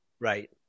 Right